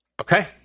Okay